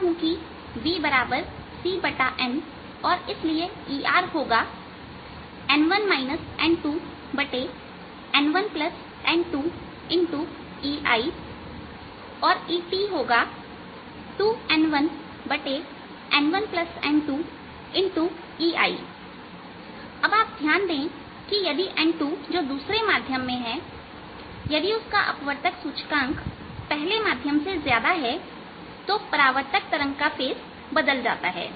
अब मैं जानता हूं की vcnऔर इसलिए ER होगा ERn1 n2n1n2E1और ETहोगाET2n1n1n2E1 अब आप ध्यान दें कि यदि n2जो दूसरे माध्यम में है यदि उसका अपवर्तक सूचकांक पहले माध्यम से ज्यादा है तो परावर्तक तरंग का फेस बदल जाता है